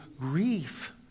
grief